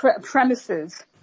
premises